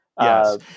Yes